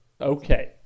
Okay